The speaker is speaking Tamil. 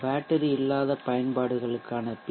பேட்டரி இல்லாத பயன்பாடுகளுக்கான பி